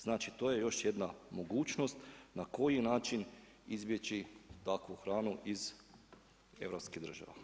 Znači to je još jedna mogućnost na koji način izbjeći takvu hranu iz europskih država.